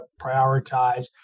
prioritize